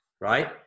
right